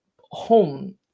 home